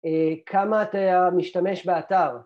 כמה אתה משתמש באתר